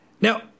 Now